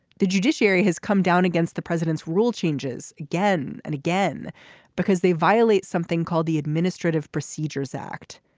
the judiciary has come down against the president's rule changes again and again because they violate something called the administrative procedures act.